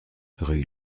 rue